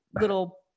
little